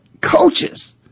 coaches